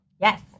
Yes